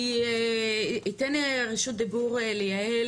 אני אתן רשות דיבור ליהל